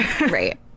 Right